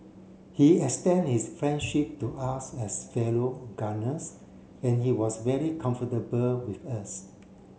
he extend his friendship to us as fellow gunners and he was very comfortable with us